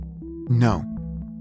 No